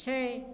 छै